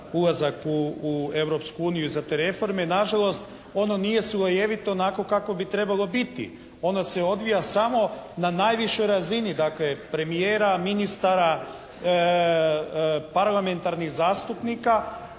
uniju i za te reforme. Nažalost, ono nije slojevito onako kako bi trebalo biti. Ono se odvija samo na najvišoj razini dakle, premijera, ministara, parlamentarnih zastupnika.